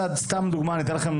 סתם דוגמה אני אתן לכם,